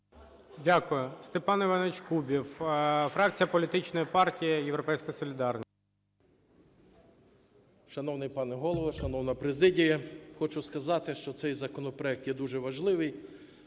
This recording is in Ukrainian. Дякую. Степан Іванович Кубів, фракція політичної партії "Європейська солідарність". 13:32:09 КУБІВ С.І. Шановний пане Голово, шановна президіє, хочу сказати, що цей законопроект є дуже важливий.